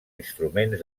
instruments